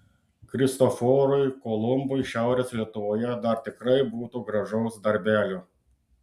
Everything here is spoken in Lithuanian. kristoforui kolumbui šiaurės lietuvoje dar tikrai būtų gražaus darbelio